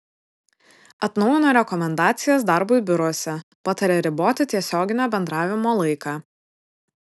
atnaujino rekomendacijas darbui biuruose pataria riboti tiesioginio bendravimo laiką